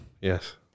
Yes